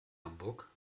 hamburg